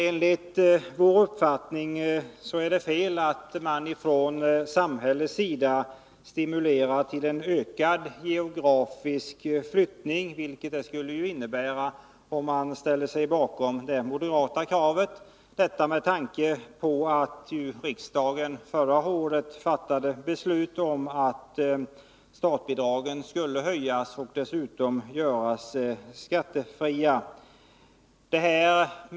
Enligt vår uppfattning är det fel att man från samhällets sida stimulerar till ökad geografisk flyttning, vilket man gör om man ställer sig bakom det moderata kravet. Riksdagen fattade ju förra året beslut om att starthjälpsbidragen skulle höjas och dessutom göras skattefria.